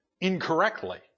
incorrectly